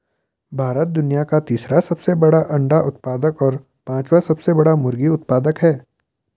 भारत दुनिया का तीसरा सबसे बड़ा अंडा उत्पादक और पांचवां सबसे बड़ा मुर्गी उत्पादक है